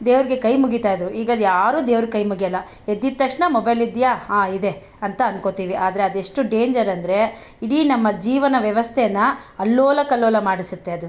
ದೇವ್ರಿಗೆ ಕೈ ಮುಗಿತಾ ಇದ್ರು ಈಗ ಅದು ಯಾರು ದೇವ್ರಿಗೆ ಕೈ ಮುಗಿಯೊಲ್ಲ ಎದ್ದ ತಕ್ಷಣ ಮೊಬೈಲ್ ಇದೆಯಾ ಹಾಂ ಇದೆ ಅಂತ ಅಂದ್ಕೊಳ್ತೀವಿ ಆದರೆ ಅದೆಷ್ಟು ಡೇಂಜರೆಂದ್ರೆ ಇಡೀ ನಮ್ಮ ಜೀವನ ವ್ಯವಸ್ಥೆಯನ್ನು ಅಲ್ಲೋಲ ಕಲ್ಲೋಲ ಮಾಡಿಸುತ್ತೆ ಅದು